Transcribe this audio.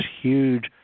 huge